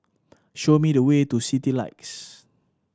show me the way to Citylights